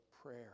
prayer